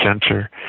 sensor